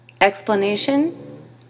Explanation